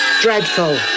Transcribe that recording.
Dreadful